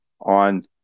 on